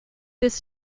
this